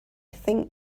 think